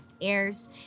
airs